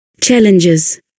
Challenges